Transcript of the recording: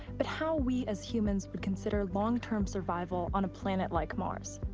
but how we as humans would consider long-term survival on a planet like mars.